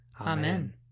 Amen